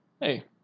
Hey